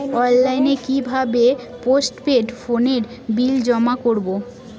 অনলাইনে কি ভাবে পোস্টপেড ফোনের বিল জমা করব?